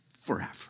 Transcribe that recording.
forever